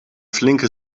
flinke